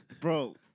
Bro